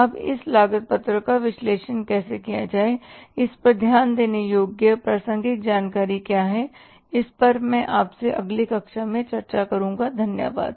अब इस लागत पत्रक का विश्लेषण कैसे किया जाए इस पर ध्यान देने योग्य प्रासंगिक जानकारी क्या है इस पर मैं आपसे अगली कक्षा में चर्चा करूँगा धन्यवाद